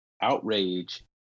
outrage